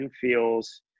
feels